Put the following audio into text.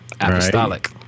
apostolic